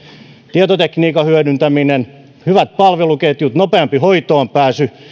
tietotekniikan hyödyntäminen hyvät palveluketjut nopeampi hoitoonpääsy